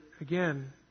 again